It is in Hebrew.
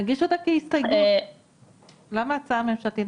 נגיש אותה כהסתייגות, למה הצעה ממשלתית?